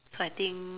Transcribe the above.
so I think